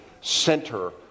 center